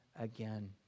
again